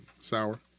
sour